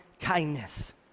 kindness